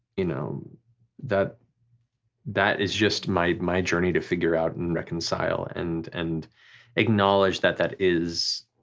you know that that is just my my journey to figure out and reconcile and and acknowledge that that is